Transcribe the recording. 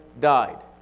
died